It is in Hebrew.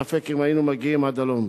ספק אם היינו מגיעים עד הלום.